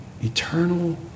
Eternal